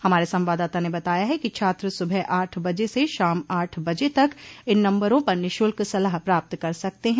हमारे संवाददाता ने बताया है कि छात्र सुबह आठ बजे से शाम आठ बजे तक इन नम्बरों पर निःशुल्क सलाह प्राप्त कर सकते हैं